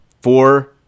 four